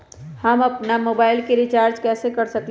हम अपन मोबाइल में रिचार्ज कैसे कर सकली ह?